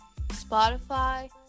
Spotify